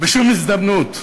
בשום הזדמנות,